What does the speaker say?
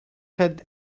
had